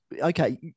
okay